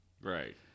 Right